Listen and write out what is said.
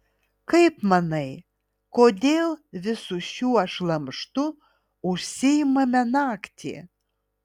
kaip manai kodėl visu šiuo šlamštu užsiimame naktį